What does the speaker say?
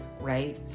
right